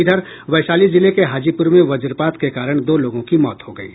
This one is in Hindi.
इधर वैशाली जिले के हाजीपुर में वज्रपात के कारण दो लोगों की मौत हो गयी